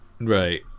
Right